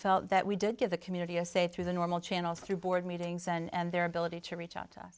felt that we did give the community a say through the normal channels through board meetings and their ability to reach out to